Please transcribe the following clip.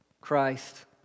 Christ